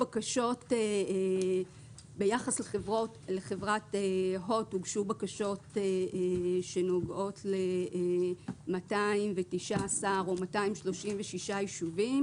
ביחס לחברת הוט הוגשו בקשות שנוגעות ל-219 או 236 ישובים,